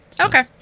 Okay